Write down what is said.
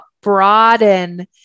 broaden